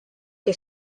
che